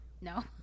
No